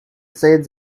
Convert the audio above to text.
said